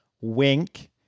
wink